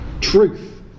truth